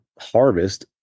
harvest